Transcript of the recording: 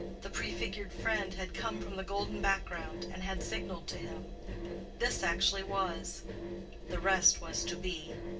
the prefigured friend had come from the golden background, and had signaled to him this actually was the rest was to be.